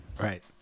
Right